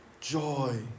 joy